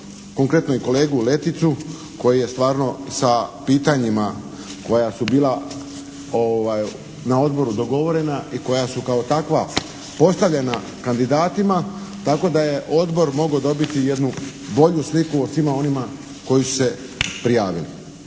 konkretno i kolegu Leticu koji je stvarno sa pitanjima koja su bila na odboru dogovorena i koja su kao takva postavljena kandidatima, tako da je odbor mogao dobiti jednu bolju sliku o svima onima koji su se prijavili.